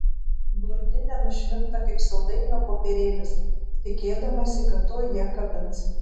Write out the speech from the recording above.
blondinė nušvinta kaip saldainio popierėlis tikėdamasi kad tuoj ją kabins